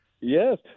Yes